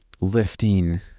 lifting